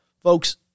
folks